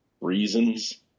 reasons